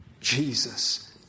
Jesus